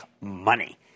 money